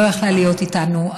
לא יכולה הייתה להיות איתנו,